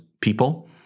people